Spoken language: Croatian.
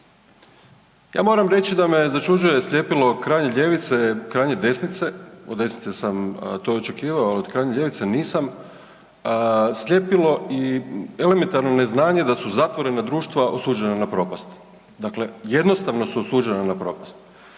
Ja moram reći da me začuđuje sljepilo krajnje ljevice i krajnje desnice, od desnice sam to očekivao, ali od krajnje ljevice nisam, sljepilo i elementarno neznanje da su zatvorena društva osuđena na propast. Dakle, jednostavno su osuđena na propast.